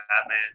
Batman